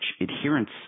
adherence